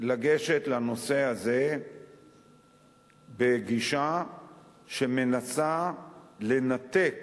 לגשת לנושא הזה בגישה שמנסה לנתק